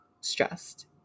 stressed